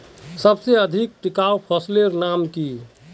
सबसे अधिक टिकाऊ फसलेर नाम की?